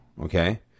Okay